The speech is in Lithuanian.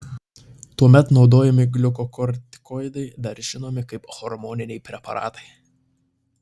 tuomet naudojami gliukokortikoidai dar žinomi kaip hormoniniai preparatai